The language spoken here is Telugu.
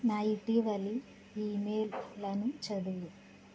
నా ఇటీవలి ఇమెయిల్లను చదువు